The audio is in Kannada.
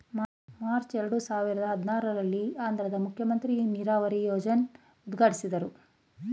ಮಾರ್ಚ್ ಎರಡು ಸಾವಿರದ ಹದಿನಾರಲ್ಲಿ ಆಂಧ್ರದ್ ಮಂತ್ರಿ ನೀರಾವರಿ ಯೋಜ್ನೆನ ಉದ್ಘಾಟ್ಟಿಸಿದ್ರು